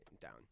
down